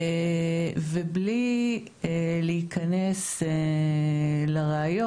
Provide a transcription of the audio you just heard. בלי להיכנס לראיות,